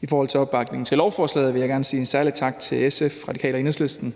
I forhold til opbakningen til lovforslaget vil jeg gerne sige en særlig tak til SF, Radikale og Enhedslisten